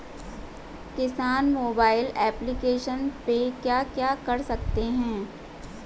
किसान mobile application पे क्या क्या कर सकते हैं?